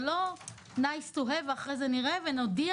זה לא nice to have ואחרי זה נראה ונודיע